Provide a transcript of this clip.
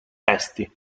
testi